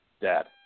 dad